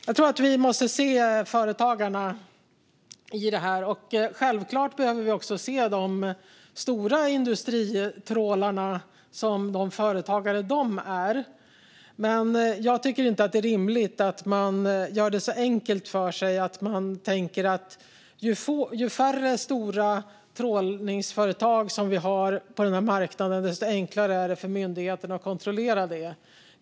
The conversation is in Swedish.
Jag tror att vi måste se företagarna i det här. Självklart måste vi också se de stora industritrålarna som de företagare de är. Men jag tycker inte att det är rimligt att man gör det så enkelt för sig att man tänker att ju färre stora trålningsföretag vi har på marknaden, desto enklare är det för myndigheterna att kontrollera dem.